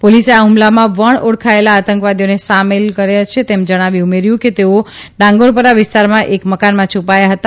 પોલીસે આ ફમલામાં વણ ઓળખાયેલા આતંકવાદીઓ સામેલ છે તેમ જણાવી ઉમેર્યું કે તેઓ ડંગોરપરા વિસ્તારમાં એક મકાનમાં છુપાયા હતા